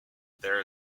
there